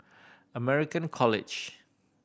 American College